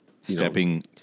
stepping